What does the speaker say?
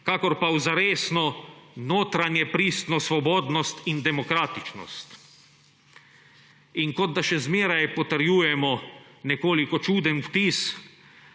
kakor pa v zaresno notranje pristno svobodnost in demokratičnost. In kot da še zmeraj potrjujemo nekoliko čuden vtis,